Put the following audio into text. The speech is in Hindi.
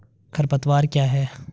खरपतवार क्या है?